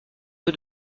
peu